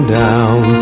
down